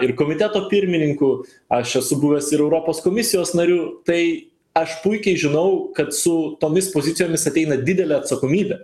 ir komiteto pirmininku aš esu buvęs ir europos komisijos nariu tai aš puikiai žinau kad su tomis pozicijomis ateina didelė atsakomybė